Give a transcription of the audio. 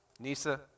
Nisa